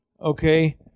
okay